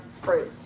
fruit